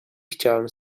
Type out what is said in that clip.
chciałam